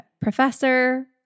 professor